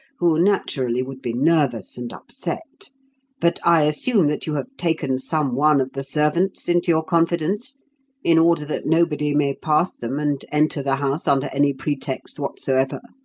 who, naturally, would be nervous and upset but i assume that you have taken some one of the servants into your confidence in order that nobody may pass them and enter the house under any pretext whatsoever?